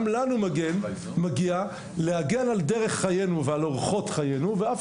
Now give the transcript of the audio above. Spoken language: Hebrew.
גם לנו מגיע להגן על דרך חיינו ועל אורחות חיינו ואף